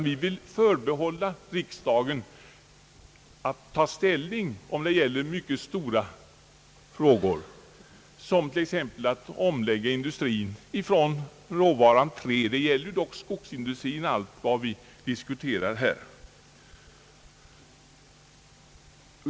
Vi vill förbehålla riksdagen rätt att ta ställning i mycket stora frågor, t.ex. omläggning av industrin från råvaran trä. Allt vad vi här diskuterar gäller ju skogsindustri.